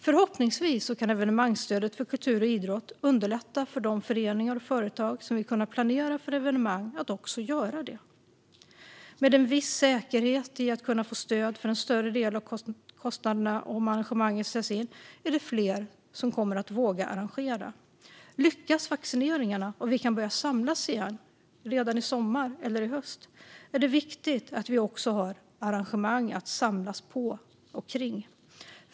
Förhoppningsvis kan evenemangsstödet för kultur och idrott underlätta för de föreningar och företag som vill kunna planera för evenemang att också göra det. Med en viss säkerhet i att kunna få stöd för en större del av kostnaderna om arrangemanget ställs in är det fler som kommer att våga arrangera. Om vaccineringarna lyckas och vi kan börja samlas igen redan i sommar eller i höst är det viktigt att vi också har arrangemang att samlas på och kring.